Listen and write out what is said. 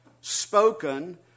spoken